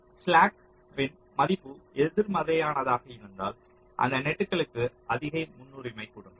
slack இன் மதிப்பு எதிர்மறையானதாக இருந்தால் அந்த நெட்களுக்கு அதிக முன்னுரிமை கொடுங்கள்